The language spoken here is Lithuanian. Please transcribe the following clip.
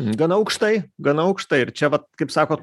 gana aukštai gana aukštai ir čia vat kaip sakot